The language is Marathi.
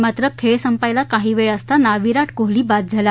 मात्र खेळ संपायला काही वेळ असताना विराट कोहली बाद झाला